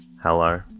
Hello